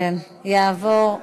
לא א-טאבח'ה.